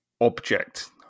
object